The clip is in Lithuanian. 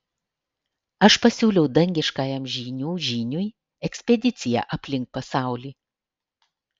aš pasiūliau dangiškajam žynių žyniui ekspediciją aplink pasaulį